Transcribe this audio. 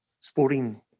sporting